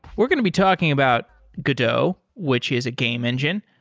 we're going to be talking about godot, which is a game engine.